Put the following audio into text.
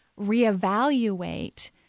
reevaluate